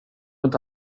inte